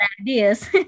ideas